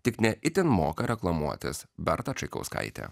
tik ne itin moka reklamuotis berta čaikauskaitė